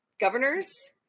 governors